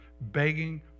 begging